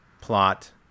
plot